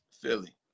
Philly